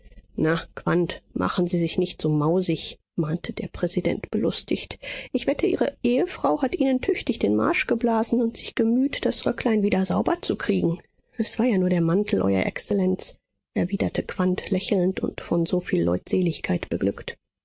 na quandt machen sie sich nicht so mausig mahnte der präsident belustigt ich wette ihre ehefrau hat ihnen tüchtig den marsch geblasen und sich gemüht das röcklein wieder sauber zu kriegen es war ja nur der mantel euer exzellenz erwiderte quandt lächelnd und von so viel leutseligkeit beglückt